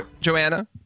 Joanna